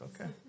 Okay